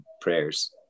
prayers